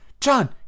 John